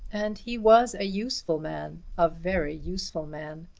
and he was a useful man a very useful man.